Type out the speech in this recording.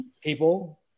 people